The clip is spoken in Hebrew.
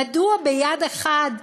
מדוע ביד אחת,